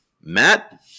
Matt